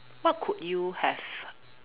what could you have